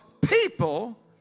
people